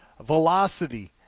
velocity